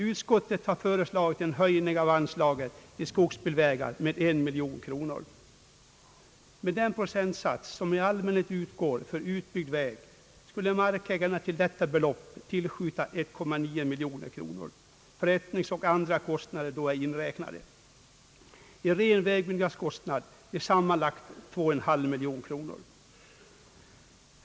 Utskottet har föreslagit en höjning av anslaget till skogsbilvägar med 1 miljon kronor. Med den procentsats som i allmänhet utgår för utbyggd väg skulle markägarna till detta belopp tillskjuta 1,9 miljon kronor, förrättningskostnader och andra kostnader då ej inräknade. Den rena vägbyggnadskostnaden skulle sammanlagt bli 2,5 miljoner kronor.